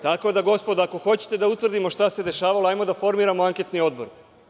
Tako da, gospodo, ako hoćete da utvrdimo šta se dešavalo, hajde da formiramo anketni odbor.